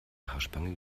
haarspange